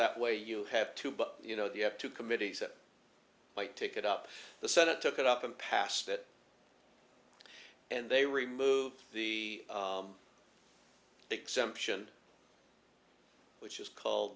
that way you have you know you have two committees that might take it up the senate took it up and passed it and they removed the exemption which is called